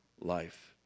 life